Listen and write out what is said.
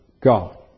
God